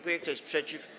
Kto jest przeciw?